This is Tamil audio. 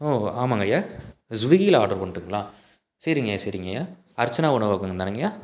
ஓ ஆமாங்கய்யா ஸ்விகில் ஆடர் பண்ணட்டுங்களா சரிங்கய்யா சரிங்கய்யா அர்ச்சனா உணவகம் தானங்கய்யா